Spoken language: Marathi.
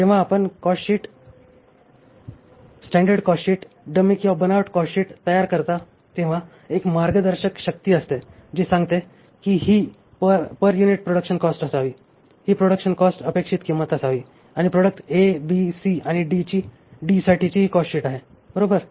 जेव्हा आपण कॉस्टशीट स्टॅंडर्ड कॉस्टशीट डमी किंवा बनावट कॉस्टशीट तयार करता तेव्हा एक मार्गदर्शक शक्ती असते जी सांगते की ही पर युनिट प्रॉडक्शन कॉस्ट असावी ही प्रॉडक्शन कॉस्ट अपेक्षित किंमत असावी ही प्रॉडक्ट A B C आणि D साठीची कॉस्टशीट आहे बरोबर